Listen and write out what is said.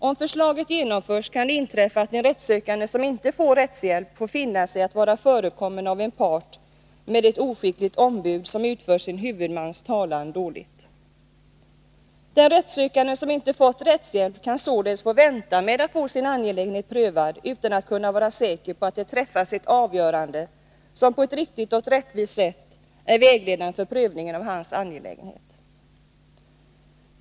Om förslaget genomförs kan det inträffa, att en rättssökande som inte får rättshjälp får finna sig i att vara förekommen av en part med ett oskickligt ombud, som utför sin huvudmans talan dåligt. Den rättssökande som inte fått rättshjälp kan således få vänta med att få sin angelägenhet prövad, utan att kunna vara säker på att det träffas ett avgörande som på ett riktigt och rättvist sätt är vägledande för prövningen av hans angelägenhet.